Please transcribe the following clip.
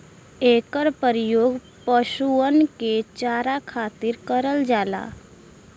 एकर परियोग पशुअन के चारा खातिर करल जाला